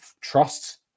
trust